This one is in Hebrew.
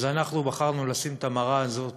אז אנחנו בחרנו לשים את המראה הזאת